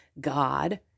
God